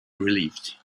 relieved